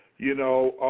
you know?